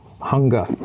hunger